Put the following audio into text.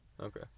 Okay